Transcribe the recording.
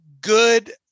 good